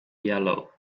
yellow